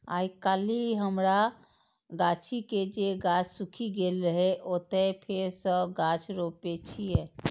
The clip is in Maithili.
आइकाल्हि हमरा गाछी के जे गाछ सूखि गेल रहै, ओतय फेर सं गाछ रोपै छियै